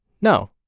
No